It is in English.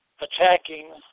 attacking